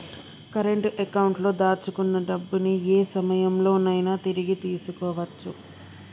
current అకౌంట్లో దాచుకున్న డబ్బుని యే సమయంలోనైనా తిరిగి తీసుకోవచ్చు